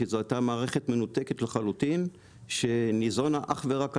כי זו הייתה מערכת מנותקת לחלוטין שניזונה אך ורק על